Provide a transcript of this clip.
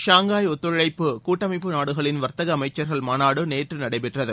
Shanghai ஒத்துழைப்பு கூட்டமைப்பு நாடுகளின் வர்த்தகஅமைச்சர்க்ளமாநாடுநேற்றுநடைபெற்றது